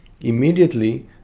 immediately